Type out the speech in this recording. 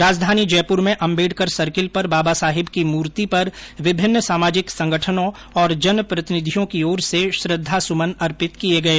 राजधानी जयपुर में अम्बेडकर सर्किल पर बाबा साहब की मूर्ति पर विभिन्न सामाजिक संगठनों और जनप्रतिनिधियों की ओर से श्रद्धा सुमन अर्पित किए गए